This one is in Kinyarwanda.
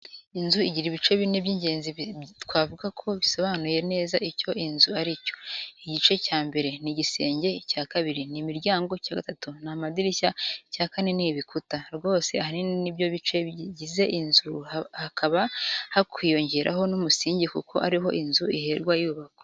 Inzu igira ibice bine by'ingenzi twavuga ko bisobanuye neza icyo inzu ari cyo. Igice cya mbere n'igisenge, icya kabiri n'imiryango, icya gatatu n'amadirishya, icya kane n'ibikuta. Rwose ahanini nibyo bice bigize inzu hakaba hakwiyongeraho n'umusingi kuko ariho inzu iherwa yubakwa.